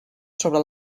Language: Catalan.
sobre